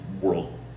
world